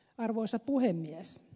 arvoisa puhemies